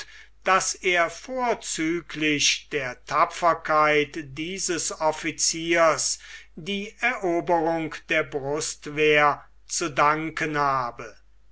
daß er vorzüglich der tapferkeit dieses officiers die eroberung der brustwehr zu danken habe